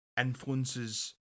influences